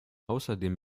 außerdem